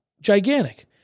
gigantic